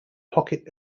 pocket